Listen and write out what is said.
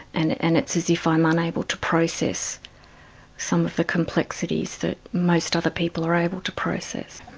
and and it's as if i am unable to process some of the complexities that most other people are able to process.